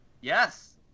Yes